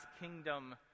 kingdom